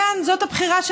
כאן זאת הבחירה של